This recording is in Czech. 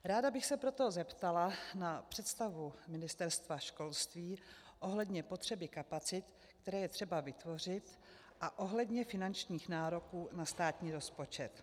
Ráda bych se proto zeptala na představu Ministerstva školství ohledně potřeby kapacit, které je třeba vytvořit a ohledně finančních nároků na státní rozpočet.